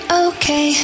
okay